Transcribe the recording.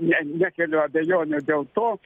ne nekeliu abejonių dėl to